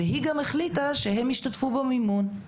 והיא גם החליטה שהן ישתתפו במימון.